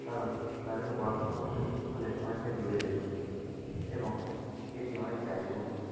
কারণ তাদেরকে পড়াশুনা করতে হলে অনেকটাই দূরে যেতে হতো এবং এটি অনেক ব্যয়বহুল ছিল